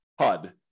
HUD